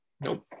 Nope